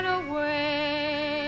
away